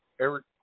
Eric